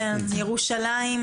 ירושלים,